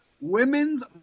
women's